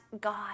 God